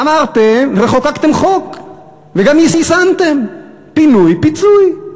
אמרתם, וחוקקתם חוק וגם יישמתם: פינוי-פיצוי.